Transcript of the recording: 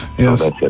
Yes